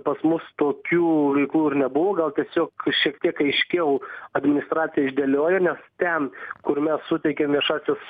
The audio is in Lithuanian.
pas mus tokių veiklų ir nebuvo gal tiesiog šiek tiek aiškiau administracija išdėliojo nes ten kur mes suteikiam viešąsias